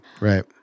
Right